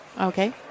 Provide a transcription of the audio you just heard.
Okay